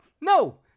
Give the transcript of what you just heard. No